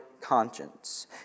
conscience